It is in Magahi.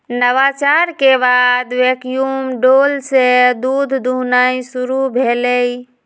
नवाचार के बाद वैक्यूम डोल से दूध दुहनाई शुरु भेलइ